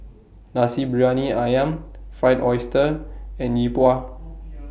Nasi Briyani Ayam Fried Oyster and Yi Bua